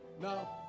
Now